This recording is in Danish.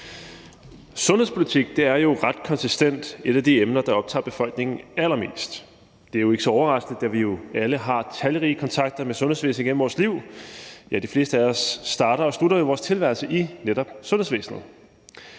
Sundhedspolitik er ret konsistent et af de emner, der optager befolkningen allermest. Det er ikke så overraskende, da vi jo alle har talrige kontakter med sundhedsvæsenet igennem vores liv. De fleste af os starter og slutter vores tilværelse i netop sundhedsvæsenet.